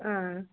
ಹಾಂ